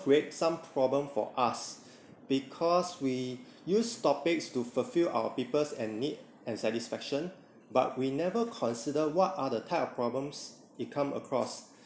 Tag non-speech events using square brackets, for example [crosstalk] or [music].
create some problem for us [breath] because we use topics to fulfill our peoples and need and satisfaction but we never consider what are the type of problems it come across